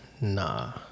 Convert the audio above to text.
nah